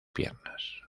piernas